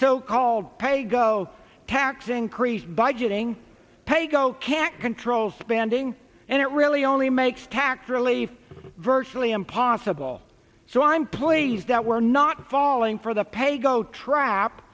so called pay go tax increase by gitting paygo can't control spending and it really only makes tax relief virtually impossible so i'm pleased that we're not falling for the paygo trap